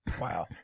wow